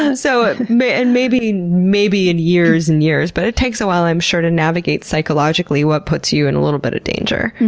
and so ah and maybe maybe in years and years, but it takes a while, i'm sure, to navigate psychologically what puts you in a little bit of danger,